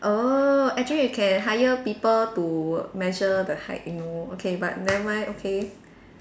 oh actually you can hire people to measure the height you know but okay never mind okay